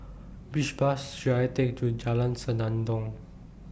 Which Bus should I Take to Jalan Senandong